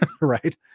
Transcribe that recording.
right